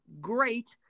great